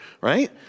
right